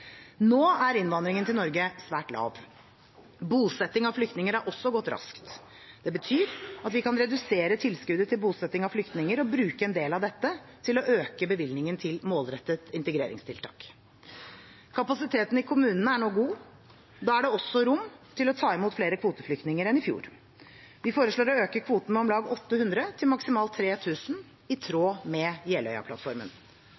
Nå er innvandringen til Norge svært lav. Bosettingen av flyktninger har også gått raskt. Det betyr at vi kan redusere tilskuddet til bosetting av flyktninger og bruke en del av dette til å øke bevilgningen til målrettede integreringstiltak. Kapasiteten i kommunene er nå god. Da er det også rom til å ta imot flere kvoteflyktninger enn i fjor. Vi foreslår å øke kvoten med om lag 800 til maksimalt 3 000, i